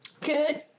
Good